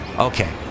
okay